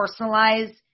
personalize